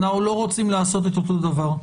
אנחנו לא רוצים לעשות את אותו דבר.